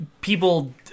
people